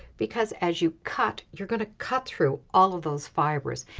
because as you cut you're going to cut through all of those fibers.